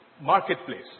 marketplace